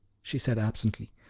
she said absently.